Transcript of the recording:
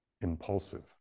Impulsive